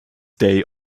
day